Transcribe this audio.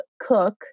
cook